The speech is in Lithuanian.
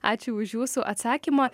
ačiū už jūsų atsakymą